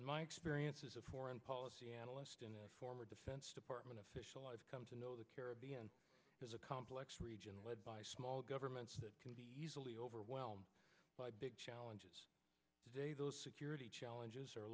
my experience as a foreign policy analyst and former defense department official i've come to know the caribbean is a complex region by small governments that can be easily overwhelmed by big challenges today those security challenges are